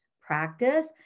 practice